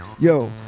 Yo